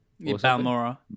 Balmora